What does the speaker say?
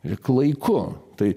ir klaiku tai